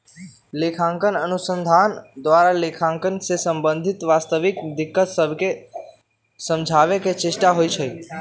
लेखांकन अनुसंधान द्वारा लेखांकन से संबंधित वास्तविक दिक्कत सभके समझाबे के चेष्टा होइ छइ